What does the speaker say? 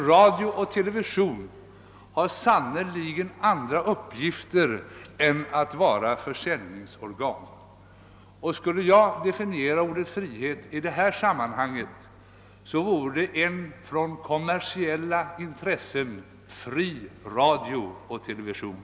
Radion och televisionen har sannerligen andra uppgifter än att vara försäljningsorgan, och skulle jag definiera ordet frihet i detta sammanhang, skulle det vara en från kommersiella intressen fri radio och television.